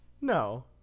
no